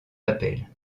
appel